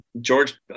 George